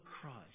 Christ